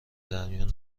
درمیون